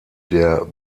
der